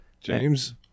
James